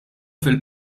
fil